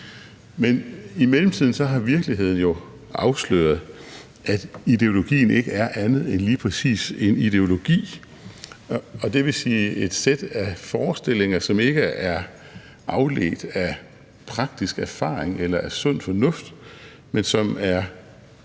Men i mellemtiden har virkeligheden jo afsløret, at ideologien ikke er andet end lige præcis en ideologi, og det vil sige et sæt af forestillinger, som ikke er afledt af praktisk erfaring eller af sund fornuft, men som er